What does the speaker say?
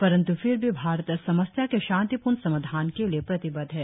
परंत् फिर भी भारत समस्या के शांतिपूर्ण समाधान के लिए प्रतिबद्ध है